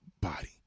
body